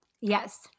Yes